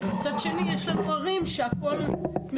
שיש היום והמרכיבים הבעייתיים שיש היום,